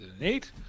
eight